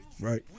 Right